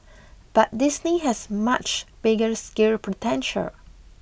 but Disney has much bigger scale potential